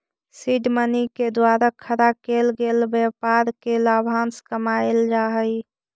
seed money के द्वारा खड़ा केल गेल व्यापार से लाभांश कमाएल जा हई